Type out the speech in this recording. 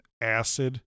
acid